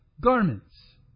garments